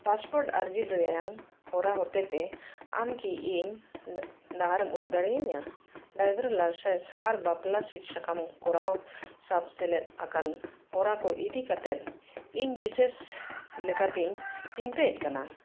passport ᱟᱨᱡᱤ ᱨᱮᱭᱟᱝ ᱦᱚᱨᱟ ᱦᱚᱛᱮ ᱛᱮ ᱟᱢ ᱠᱤ ᱤᱧ ᱰᱟᱦᱟᱨᱮᱢ ᱩᱫᱩᱜ ᱫᱟᱲᱮᱭᱤᱧᱟ ᱰᱨᱟᱭᱵᱷᱤᱝ ᱞᱟᱭᱥᱮᱱᱥ ᱟᱨ ᱵᱟᱯᱞᱟ ᱥᱤᱫᱽ ᱥᱟᱠᱟᱢ ᱠᱚᱨᱟᱣ ᱥᱟᱵ ᱥᱮᱞᱮᱫ ᱟᱠᱟᱱ ᱦᱚᱨᱟ ᱠᱚ ᱤᱫᱤ ᱠᱟᱛᱮᱫ ᱤᱧ ᱵᱤᱥᱮᱥ ᱞᱮᱠᱟᱛᱤᱧ ᱪᱤᱱᱛᱟᱹᱭᱮᱜ ᱠᱟᱱᱟ